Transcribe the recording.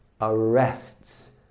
Arrests